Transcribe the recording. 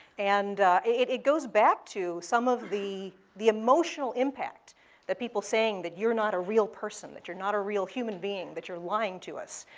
and it it goes back to some of the the emotional impact that people saying that, you're not a real person, that you're not a real human being, that you're lying to us.